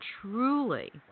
truly